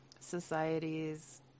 societies